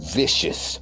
vicious